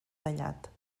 tallat